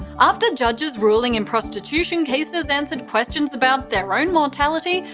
after judges ruling in prostitution cases answered questions about their own mortality,